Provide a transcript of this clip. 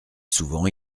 souvent